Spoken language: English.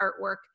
artwork